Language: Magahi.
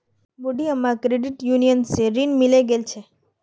बूढ़ी अम्माक क्रेडिट यूनियन स ऋण मिले गेल छ